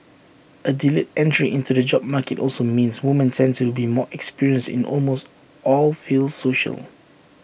A delayed entry into the job market also means women tend to be more experienced in almost all fields social